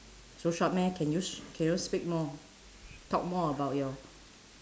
so short meh can you s~ can you speak more talk more about your